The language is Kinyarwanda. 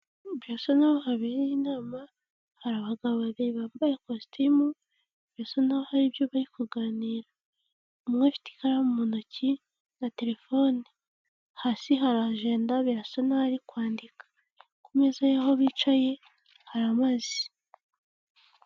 Birasa nahoho habereye inama, hari abagabo babiri bambaye ikositimu, birasa naho hari ibyo bari kuganira umwe afite ikaramu mu ntoki na terefone. Hasi hari ajenda birasa naho arikwandika, ku meza y'aho bicaye hari amazi.